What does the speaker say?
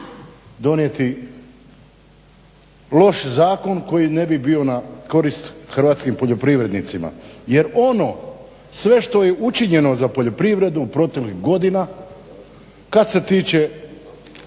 donijeti loš zakon koji ne bi bio na korist hrvatskih poljoprivrednicima. Jer ono sve što je učinjeno za poljoprivredu proteklih godina kad se tiče